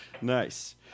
Nice